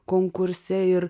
konkurse ir